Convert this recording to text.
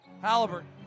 Halliburton